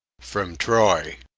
from troy.